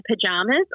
pajamas